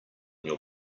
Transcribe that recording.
your